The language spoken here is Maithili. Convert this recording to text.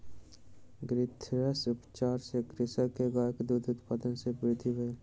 ग्रंथिरस उपचार सॅ कृषक के गायक दूध उत्पादन मे वृद्धि भेल